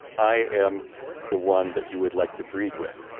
i am the one that you would like to breed with.